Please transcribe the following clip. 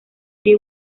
the